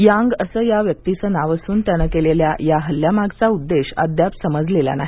Yang असं या व्यक्तीचं नावं असून त्यानं केलेल्या या हल्ल्यामागचा उद्देश अद्याप समजलेला नाही